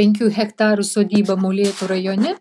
penkių hektarų sodybą molėtų rajone